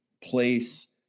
place